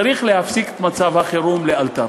צריך להפסיק את מצב החירום לאלתר.